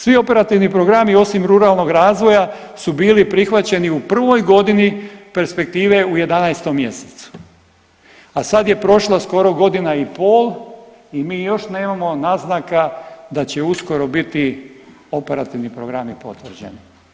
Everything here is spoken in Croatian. Svi operativni programi osim ruralnog razvoja su bili prihvaćeni u prvoj godini perspektive u 11 mjesecu, a sad je prošlo skoro godina i pol i mi još nemamo naznaka da će uskoro biti operativni programi potvrđeni.